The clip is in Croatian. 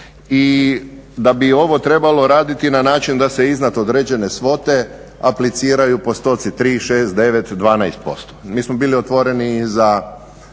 i da bi ovo trebalo raditi na način da se iznad određene svote apliciraju postotci tri, šest, devet, dvanaest posto. Mi smo bili otvoreni i